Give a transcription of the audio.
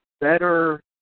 better